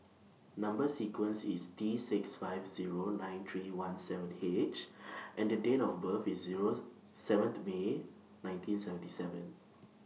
Number sequence IS T six five Zero nine three one seven H and Date of birth IS Zero seventh May nineteen seventy seven